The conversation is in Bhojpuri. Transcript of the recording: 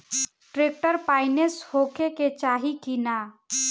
ट्रैक्टर पाईनेस होखे के चाही कि ना?